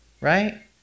right